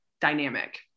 dynamic